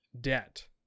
debt